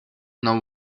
know